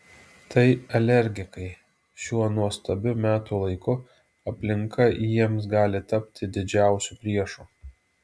tai alergikai šiuo nuostabiu metų laiku aplinka jiems gali tapti didžiausiu priešu